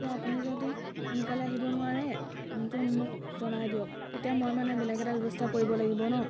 আপুনি যদি সোনকালে আহিব নোৱাৰে ত' মোক জনাই দিয়ক তেতিয়া মই মানে বেলেগ এটা ব্যৱস্থা কৰিব লাগিব ন